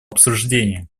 обсуждения